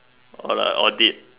or like audit